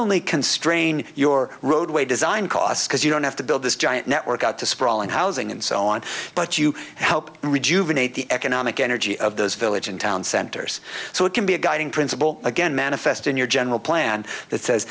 only constrain your roadway design costs because you don't have to build this giant network out to sprawl and housing and so on but you help rejuvenating the economic energy of those village in town centers so it can be a guiding principle again manifest in your general plan that says